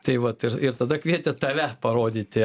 tai vat ir ir tada kvietė tave parodyti